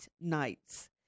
nights